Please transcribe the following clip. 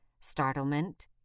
startlement